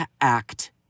act